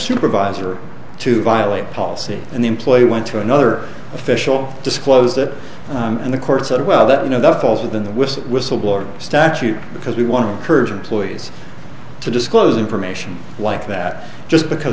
supervisor to violate a policy and the employee went to another official disclosed it and the courts said well that you know that falls within the whistle whistleblower statute because we want to encourage employees to disclose information like that just because